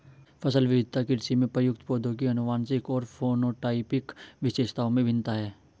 फसल विविधता कृषि में प्रयुक्त पौधों की आनुवंशिक और फेनोटाइपिक विशेषताओं में भिन्नता है